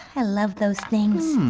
i love those things.